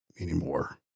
anymore